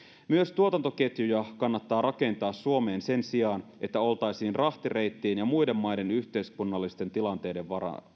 myös tuotantoketjuja kannattaa rakentaa suomeen sen sijaan että oltaisiin rahtireittien ja muiden maiden yhteiskunnallisten tilanteiden